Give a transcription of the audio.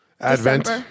Advent